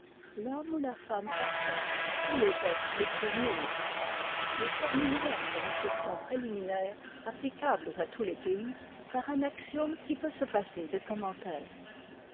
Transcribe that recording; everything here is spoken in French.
l'homme ou la femme parfaits sont les êtres les plus nuls nie terminerons ces réflexions préliminaires applicables à tous les pays par un axiome qui peut se passer de commentaires